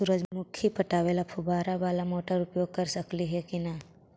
सुरजमुखी पटावे ल फुबारा बाला मोटर उपयोग कर सकली हे की न?